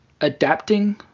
adapting